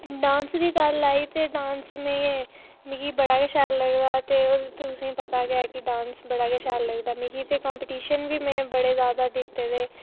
dance दी गल्ल आई ते डांस में मिगी बड़ा गै शैल लगदा ते ओह् तुसेंगी पता गै ते मिगी डांस बड़ा गै शैल लगदा ते मिगी ते कम्पीटिशन बी में बड़े जादा जित्ते दे